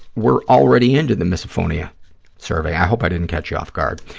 we're already into the misophonia survey. i hope i didn't catch you off guard.